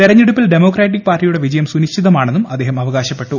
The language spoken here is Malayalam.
തെരഞ്ഞെടുപ്പിൽ ഡെമോക്രാറ്റിക് പാർട്ടിയുടെ വിജയം സുനിശ്ചിതമാണെന്നും അദ്ദേഹം അവകാശപ്പെട്ടു